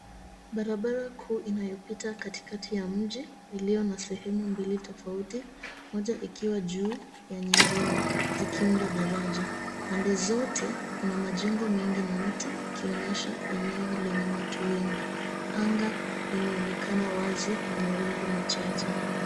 Barabara kuu inayopita katikati ya mji ilio na sehemu mbili tofauti moja ikiwa juu ya nyingine zikiunda daraja. Pande zote kuna majengo mengi na mti likionyesha eneo lenye watu wengi. Anga linaonekana wazi na mawingu machache.